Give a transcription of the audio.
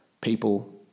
people